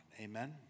Amen